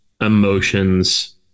emotions